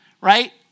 right